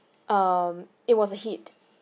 um it was a hit